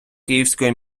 київської